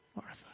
Martha